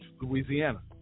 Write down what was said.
Louisiana